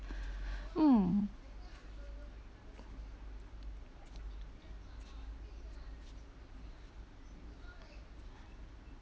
mm